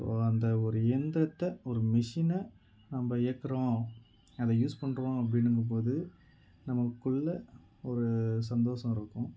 so அந்த ஒரு இந்திரத்த ஒரு மிஷினை நம்ம இயக்கறோம் அதை யூஸ் பண்ணுறோம் அப்படினுங்கும்போது நமக்குள்ளே ஒரு சந்தோஷம் இருக்கும்